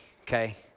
okay